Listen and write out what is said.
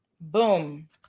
Boom